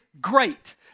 great